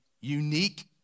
unique